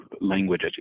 language